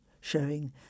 showing